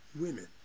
women